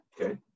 okay